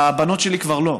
הבנות שלי כבר לא,